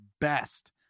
best